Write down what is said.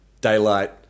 daylight